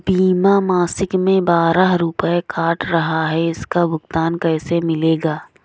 बीमा मासिक में बारह रुपय काट रहा है इसका भुगतान कैसे मिलेगा?